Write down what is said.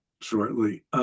shortly